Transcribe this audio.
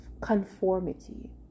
conformity